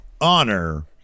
Honor